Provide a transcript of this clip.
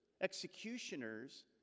executioners